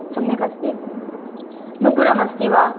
सम्यगस्ति नूपुरम् अस्ति वा